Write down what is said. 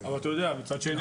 מצד שני,